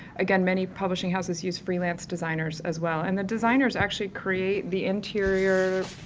again many publishing houses use freelance designers, as well. and the designers actually create the interior, ah,